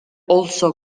also